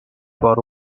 borough